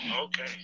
Okay